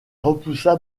repoussa